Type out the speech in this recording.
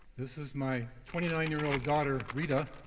this is my twenty nine year old daughter rita.